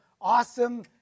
awesome